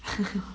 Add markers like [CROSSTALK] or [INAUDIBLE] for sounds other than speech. [LAUGHS]